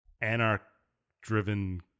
anarch-driven